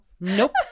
Nope